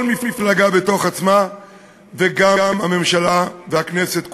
כל מפלגה בתוך עצמה וגם הממשלה והכנסת כולה.